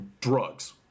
drugs